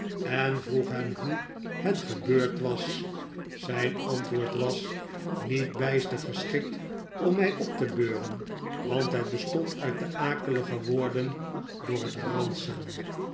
en vroeg hem hoe het gebeurd was zijn antwoord was niet bijster geschikt om mij op te beuren want het bestond uit de akelige woorden door het